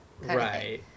Right